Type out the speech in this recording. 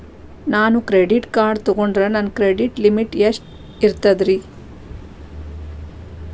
ನಾನು credit card ತೊಗೊಂಡ್ರ ನನ್ನ ಕ್ರೆಡಿಟ್ ಲಿಮಿಟ್ ಎಷ್ಟ ಇರ್ತದ್ರಿ?